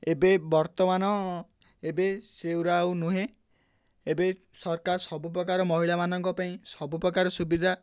ଏବେ ବର୍ତ୍ତମାନ ଏବେ ସେଗୁଡ଼ା ଆଉ ନୁହେଁ ଏବେ ସରକାର ସବୁପ୍ରକାର ମହିଳାମାନଙ୍କ ପାଇଁ ସବୁ ପ୍ରକାର ସୁବିଧା